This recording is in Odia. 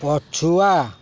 ପଛୁଆ